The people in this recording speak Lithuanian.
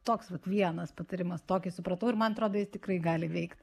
toks vat vienas patarimas tokį supratau ir man atrodo jis tikrai gali veikt